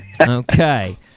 Okay